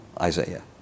Isaiah